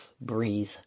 breathe